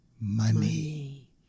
Money